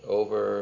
over